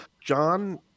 John